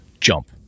jump